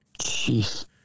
Jeez